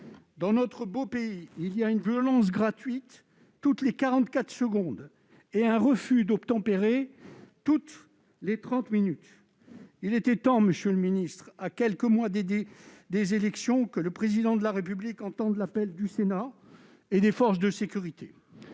Dans notre beau pays, une violence gratuite est commise toutes les 44 secondes ; un refus d'obtempérer, toutes les 30 minutes ! Il était donc temps, monsieur le Premier ministre, à quelques mois des élections, que le Président de la République entende l'appel du Sénat et des forces de sécurité.